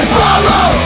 follow